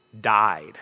died